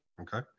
Okay